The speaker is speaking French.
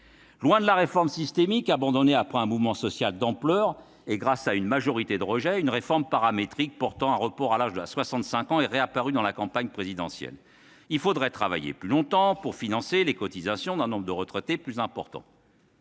Loin de la réforme systémique, abandonnée après un mouvement social d'ampleur et grâce à une majorité de rejet, une réforme paramétrique avec un report de l'âge de départ à la retraite à 65 ans est réapparue dans la campagne présidentielle. Il faudrait travailler plus longtemps pour financer les cotisations d'un nombre de retraités plus important.